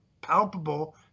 palpable